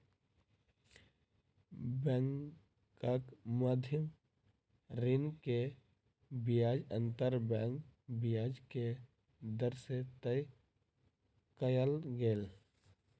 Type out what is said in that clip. बैंकक मध्य ऋण के ब्याज अंतर बैंक ब्याज के दर से तय कयल गेल